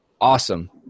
awesome